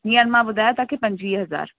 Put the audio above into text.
हींअर मां ॿुधायो तव्हांखे पंजीह हज़ार